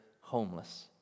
homeless